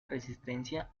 resistencia